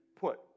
put